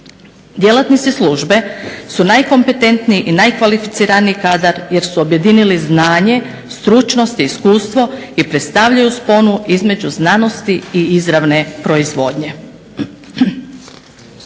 Djelatnici službe su najkompetentniji i najkvalificiraniji kadar jer su objedinili znanje, stručnost i iskustvo i predstavljaju sponu između znanosti i izravne proizvodnje.